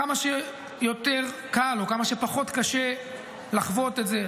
כמה שיותר קל או כמה שפחות קשה לחוות את זה,